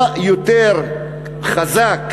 מה ארגומנט יותר חזק,